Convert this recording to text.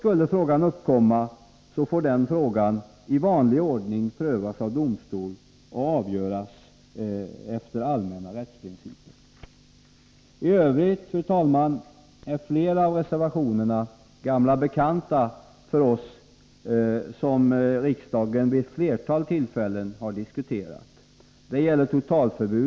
Skulle frågan uppkomma, får den i vanlig ordning prövas av domstol och avgöras efter allmänna rättsprinciper. I övrigt, fru talman, är flera av reservationerna gamla bekanta för oss. Vi har vid flera tillfällen diskuterat dem.